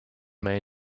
may